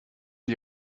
die